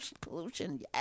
pollution